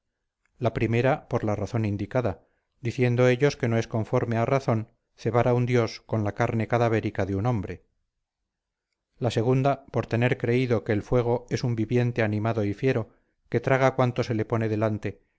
la primera por la razón indicada diciendo ellos que no es conforme a razón cebar a un dios con la carne cadavérica de un hombre la segunda por tener creído que el fuego es un viviente animado y fiero que traga cuanto se le pone delante